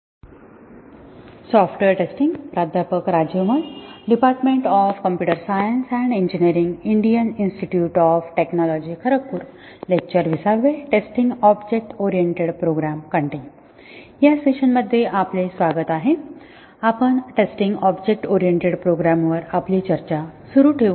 या सेशनमध्ये आपले स्वागत आहे आपण टेस्टिंग ऑब्जेक्ट ओरिएंटेड प्रोग्रामवर आपली चर्चा सुरू ठेवू